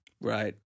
Right